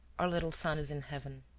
our little son is in heaven!